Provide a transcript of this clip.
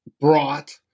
brought